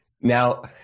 Now